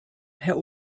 herr